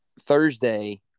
Thursday